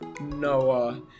Noah